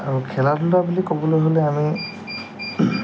আৰু খেলা ধূলা বুলি ক'বলৈ হ'লে আমি